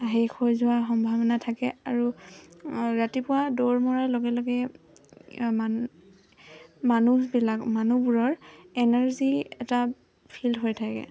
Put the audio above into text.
শেষ হৈ যোৱা সম্ভাৱনা থাকে আৰু ৰাতিপুৱা দৌৰ মৰাৰ লগে লগে মান মানুহবিলাক মানুহবোৰৰ এনাৰ্জী এটা ফিল হৈ থাকে